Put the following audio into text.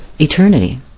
eternity